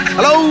Hello